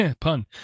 pun